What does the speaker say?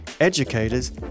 educators